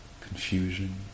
confusion